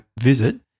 visit